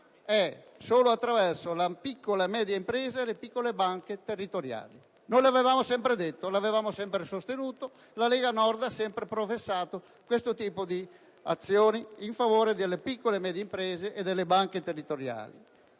solo attraverso le piccole e medie imprese e le piccole banche territoriali. Noi l'avevamo sempre detto e sostenuto: la Lega Nord ha sempre professato questo tipo di posizione in favore delle piccole e medie imprese e delle banche territoriali.